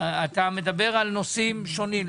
אתה מדבר על נושאים שונים,